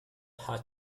her